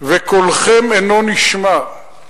וקולכם אינו נשמע.